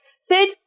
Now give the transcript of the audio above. Sid